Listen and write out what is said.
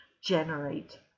generate